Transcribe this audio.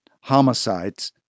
Homicides